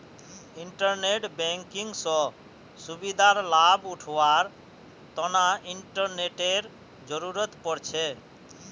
internet banking स सुविधार लाभ उठावार तना इंटरनेटेर जरुरत पोर छे